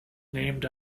named